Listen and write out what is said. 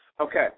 Okay